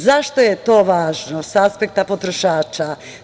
Zašto je to važno sa aspekta potrošača?